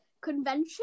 convention